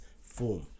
form